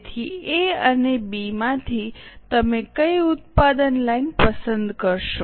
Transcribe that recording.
તેથી એ અને બીમાંથી તમે કઈ ઉત્પાદન લાઇન પસંદ કરશો